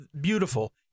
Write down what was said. beautiful